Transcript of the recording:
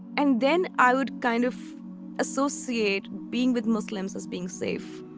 and then i would kind of associate being with muslims as being safe.